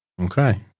Okay